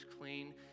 clean